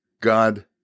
God